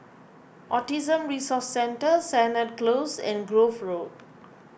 Autism Resource Centre Sennett Close and Grove Road